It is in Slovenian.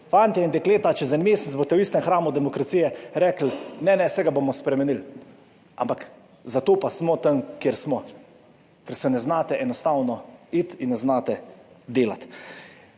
Fantje in dekleta, čez en mesec boste v istem hramu demokracije rekli: "Ne, ne, saj ga bomo spremenili." Ampak zato pa smo tam kjer smo, ker se ne znate enostavno iti in ne znate **45.